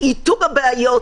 איתור הבעיות,